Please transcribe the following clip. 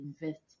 invest